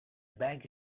beg